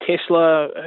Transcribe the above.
Tesla